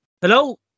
Hello